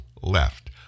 Left